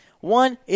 One